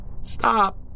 stop